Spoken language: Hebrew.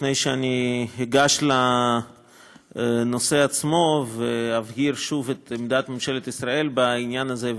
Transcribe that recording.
לפני שאני אגש לנושא עצמו ואבהיר שוב את עמדת ממשלת ישראל בעניין הזה,